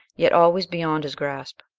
yet always beyond his grasp.